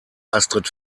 astrid